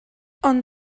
ond